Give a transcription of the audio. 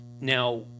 Now